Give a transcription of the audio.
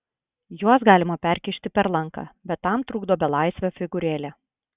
juos galima perkišti per lanką bet tam trukdo belaisvio figūrėlė